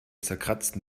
zerkratzten